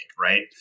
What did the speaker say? right